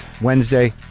Wednesday